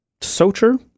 Socher